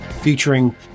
featuring